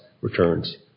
returns